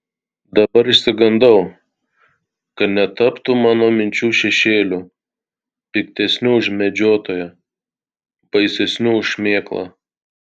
dabar išsigandau kad netaptų mano minčių šešėliu piktesniu už medžiotoją baisesniu už šmėklą